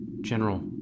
General